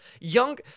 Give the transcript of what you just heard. young